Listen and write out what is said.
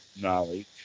knowledge